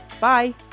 Bye